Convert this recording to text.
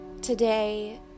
today